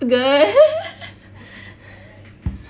girl